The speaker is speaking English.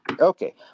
Okay